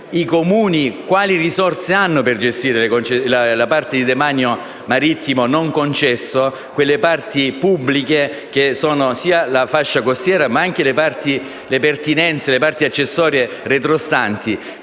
quali risorse hanno i Comuni per gestire la parte di demanio marittimo non concesso,